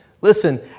Listen